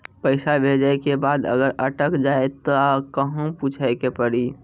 पैसा भेजै के बाद अगर अटक जाए ता कहां पूछे के पड़ी?